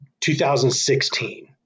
2016